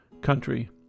country